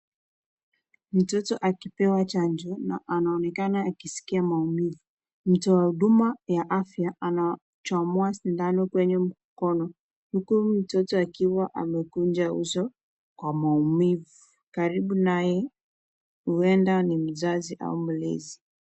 Mtoto akipewa chanjo na anaonekana akisikia maumivu. Mtu wa huduma ya afya anachomoa sindano kwenye mkono, huku mtoto akiwa amakunja uso kwa maumivu. Karibu naye huenda ni mzazi au mlezi.